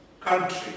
country